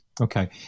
Okay